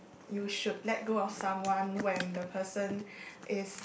you should let go of someone when the person is